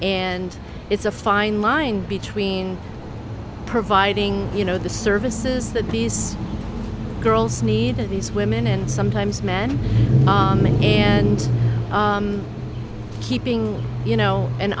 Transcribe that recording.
and it's a fine line between providing you know the services that these girls need of these women and sometimes men bombing and keeping you know an